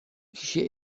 kişi